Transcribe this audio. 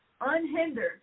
unhindered